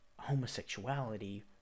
homosexuality